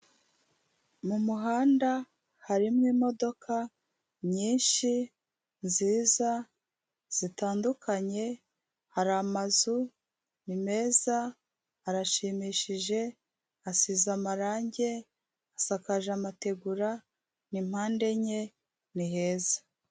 Mu muhanda harimo imodoka nyinshi, nziza, zitandukanye, hari amazu, ni meza, arashimishije, asize amarange, asakaje amategura, ni pande enye, ni heza.